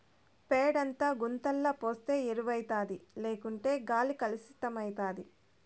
పేడంతా గుంతల పోస్తే ఎరువౌతాది లేకుంటే గాలి కలుసితమైతాది